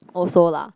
also lah